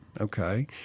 Okay